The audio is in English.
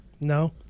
No